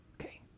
Okay